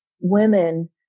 Women